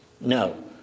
No